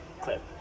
clip